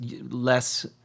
less